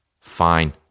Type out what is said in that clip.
Fine